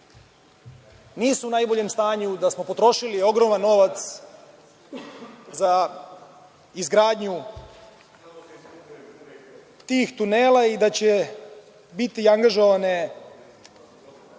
nisu u najboljem stanju, da smo potrošili ogroman novac za izgradnju tih tunela i da će biti angažovane,